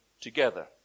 together